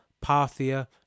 Parthia